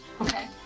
Okay